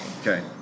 Okay